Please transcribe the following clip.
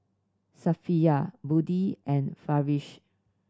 Safiya Budi and Farish